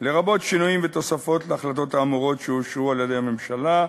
לרבות שינויים ותוספות להחלטות האמורות שאושרו על-ידי הממשלה,